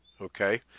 okay